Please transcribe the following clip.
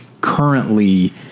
currently